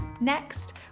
Next